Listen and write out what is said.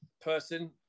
person